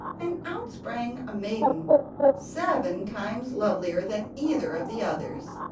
and out sprang a maiden seven times lovelier than either of the others,